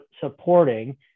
supporting